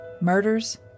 murders